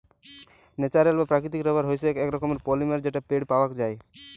natural বা প্রাকৃতিক rubber হইসেক এক রকমের পলিমার যেটা পেড় পাওয়াক যায়